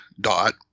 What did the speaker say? dot